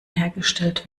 hergestellt